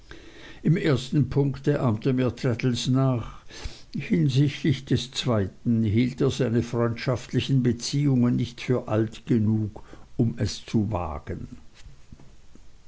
im ersten punkte ahmte mir traddles nach hinsichtlich des zweiten hielt er seine freundschaftlichen beziehungen nicht für alt genug um es zu wagen